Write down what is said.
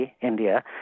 india